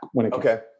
Okay